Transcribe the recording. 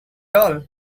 all